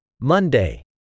Monday